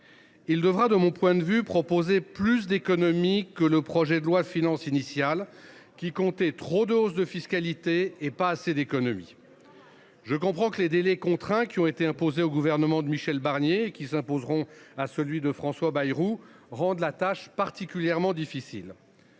ci devra, de mon point de vue, proposer plus d’économies que le projet de loi de finances initial, qui comptait trop de hausses de fiscalité et pas assez d’économies. Vous y allez fort ! Je comprends que les délais contraints qui ont été imposés au gouvernement de Michel Barnier et qui s’imposeront à celui de Français Bayrou rendent la tâche particulièrement difficile.